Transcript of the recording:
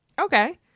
Okay